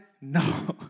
no